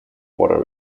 water